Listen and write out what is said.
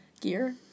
Gear